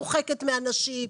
מרוחקת מאנשים,